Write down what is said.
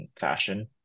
fashion